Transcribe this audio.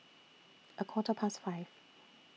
A Quarter Past five